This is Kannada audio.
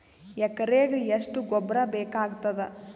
ಎಕರೆಗ ಎಷ್ಟು ಗೊಬ್ಬರ ಬೇಕಾಗತಾದ?